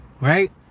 right